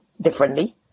differently